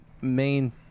main